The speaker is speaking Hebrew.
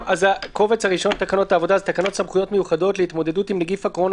תקנות סמכויות מיוחדות להתמודדות עם נגיף הקורונה